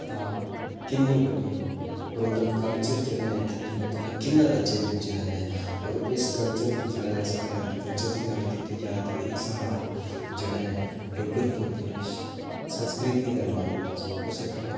किन्नी बड्डी होग होर उंदा कल्चर जेह्ड़ा इत्थें दे लोकें दा किन्ना रज्जे पुज्जे दा ऐ होर इस कल्चर दी गल्ल कीती जा ते साढ़ा जेह्ड़ा कल्चर ऐ ते एह् साढ़ा जेह्ड़ा ऐ डुग्गर प्रदेस संस्कृति दे मामले च कुसै कोला कोई